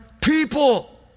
people